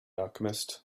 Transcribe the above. alchemist